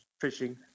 fishing